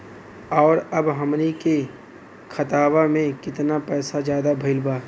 और अब हमनी के खतावा में कितना पैसा ज्यादा भईल बा?